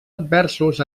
adversos